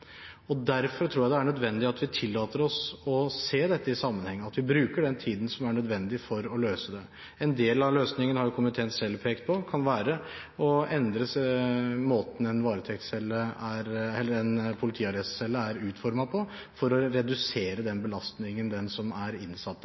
Derfor tror jeg det er nødvendig at vi tillater oss å se dette i sammenheng, at vi bruker den tiden som er nødvendig, for å løse det. En del av løsningen, som komiteen selv har pekt på, kan være å endre måten en politiarrestcelle er utformet på, for å redusere den belastningen den som er innsatt